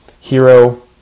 Hero